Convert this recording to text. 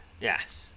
yes